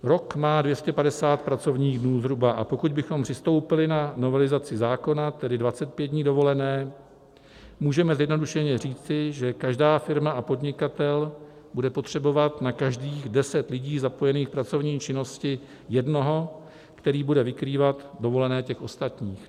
Rok má zhruba 250 pracovních dnů, a pokud bychom přistoupili na novelizaci zákona, tedy 25 dní dovolené, můžeme zjednodušeně říci, že každá firma a podnikatel bude potřebovat na každých deset lidí zapojených v pracovní činnosti jednoho, který bude vykrývat dovolené těch ostatních.